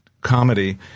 comedy